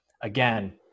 again